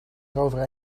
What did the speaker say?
erover